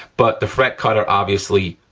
but, the fret cutter obviously,